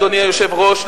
אדוני היושב-ראש,